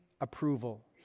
approval